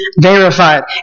verified